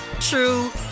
true